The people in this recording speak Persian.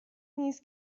نیست